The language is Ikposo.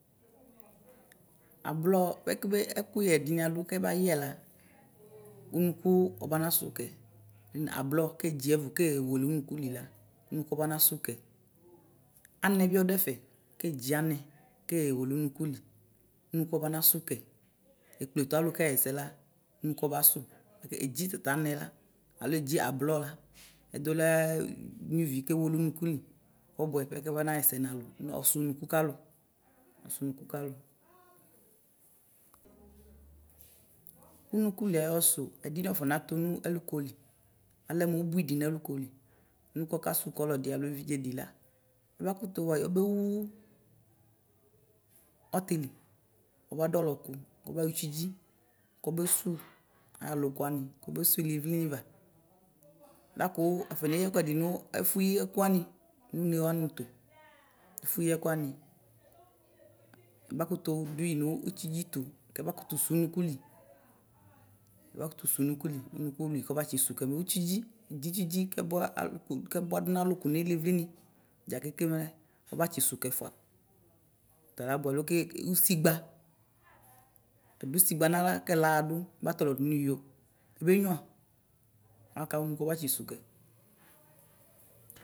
Ablɔ bɛkbe ɛkʋyɛ ɛdini adu bikɛbayɛ la ʋnʋkʋ ɔbanasʋ kɛ ablɔ kedzi ɛvʋ kɛwele ʋnʋkʋni la ʋnʋkʋ ɔbanasʋ kɛ anɛbi ɔdʋ ɛfɛ kɛ edzi anɛ kewele ʋnʋkʋli ʋnʋkʋ ɔbanasʋ kɛ ekpletʋ alʋ kɛɣɛsɛ la ʋnʋkʋ kalʋ ʋnʋkʋ kalu ʋnʋkʋli ayʋ ɔsʋ ɛdini afɔnatunʋ ɛlʋkoki alɛ mʋ ʋbʋi di nʋ ɛlʋkoli ʋnokʋ ɔkasʋ ko ɔlɔdi alʋ evidzedila ɔba kato wayi ɔbewʋ ɔtiti ɔbadʋ ɔlɔkʋ kɔbayɔ itsudzi kɔbe sʋwʋ alʋkʋ wani tʋnʋ ilivliava lakʋ afɔneyi ɛku ɛdi nu ɛfuyi ɛkuwani no ʋne wani ɛtu ʋne wani ɛtu abakʋtʋ dvinʋ itsudzi tʋ kɛba kʋtʋ sʋwʋ unʋkʋli nʋ ilivli ni dza keke mɛ ɔbatsi sʋkɛ fʋa talabʋɛ lo ʋsigba du ʋsigba naɣla kɛlaxadʋ bʋa tɔlɔdʋ nʋ iyo ebenyua aka ʋnʋ ɔbatsisʋ kɛ.